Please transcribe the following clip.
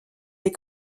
les